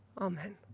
Amen